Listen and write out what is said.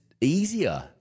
easier